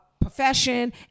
profession